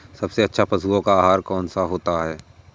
सबसे अच्छा पशुओं का आहार कौन सा होता है?